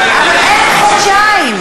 אבל אין חודשיים.